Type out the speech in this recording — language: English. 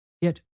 Yet